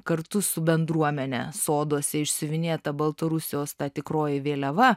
kartu su bendruomene soduose išsiuvinėta baltarusijos ta tikroji vėliava